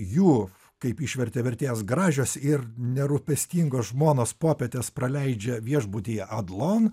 jų kaip išvertė vertėjas gražios ir nerūpestingos žmonos popietes praleidžia viešbutyje adlon